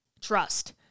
trust